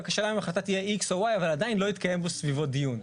רק השאלה אם ההחלטה תהיה X או Y אבל עדיין לא התקיים סביבו דיון.